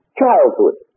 childhood